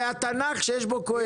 והתנ"ך שיש בו קהלת גם,